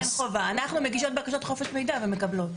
אין חובה, אנחנו מגישות בקשת חופש מידע ומקבלות.